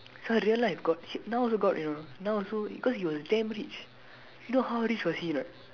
so do you like got chips now also got now also because he was damn rich you know how rich was he or not